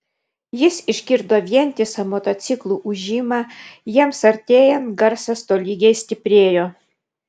jis išgirdo vientisą motociklų ūžimą jiems artėjant garsas tolygiai stiprėjo